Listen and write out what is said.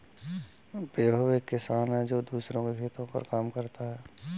विभव एक किसान है जो दूसरों के खेतो पर काम करता है